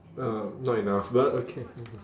uh not enough but okay okay